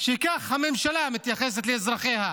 שכך הממשלה מתייחסת לאזרחיה?